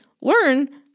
learn